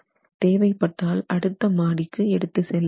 தேவைப்பட்டால் அடுத்த மாடிக்கு எடுத்து செல்லவேண்டும்